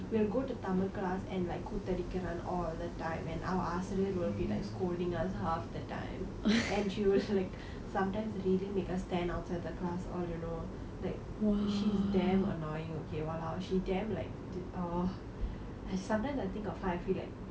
we'll go to tamil class and like ககூத்தடிக்கிறான்:koothatikkiraan all the time and our ஆசிரியர்:aasiriyer will be like scolding us half the time and she will like sometimes really make us stand outside the class all you know like she's damn annoying okay !walao! she damn like the ah I sometimes I think of her I feel like